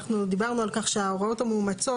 אנחנו דיברנו על כך שההוראות המאומצות,